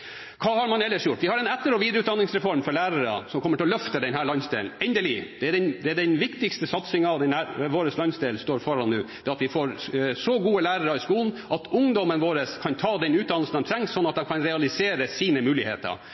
Hva har man ellers gjort? Man har en etter- og videreutdanningsreform for lærere, som kommer til å løfte denne landsdelen. Endelig. Den viktigste satsingen vår landsdel står foran nå, er at vi får så gode lærere i skolen at ungdommen vår kan ta den utdannelsen de trenger, sånn at de kan realisere sine muligheter.